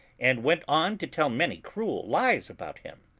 and went on to tell many cruel lies about him.